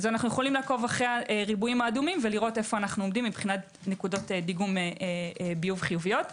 אפשר לראות לראות איפה אנו עומדים מבחינת נקודות דיגום ביוב חיוביות.